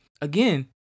again